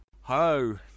hello